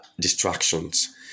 distractions